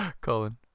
Colin